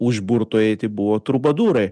užburtojai tai buvo trubadūrai